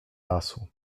lasu